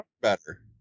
better